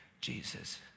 Jesus